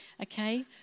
Okay